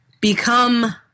become